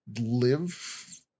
live